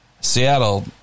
Seattle